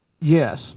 Yes